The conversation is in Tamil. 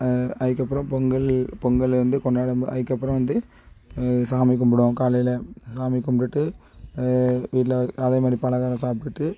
அதுக்கப்பறம் பொங்கல் பொங்கலை வந்து கொண்டாடம்போ அதுக்கப்பறம் வந்து சாமி கும்பிடுவோம் காலையில் சாமி கும்பிட்டுட்டு வீட்டில அதே மாரி பலகாரம் சாப்பிடுட்டு